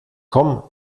komm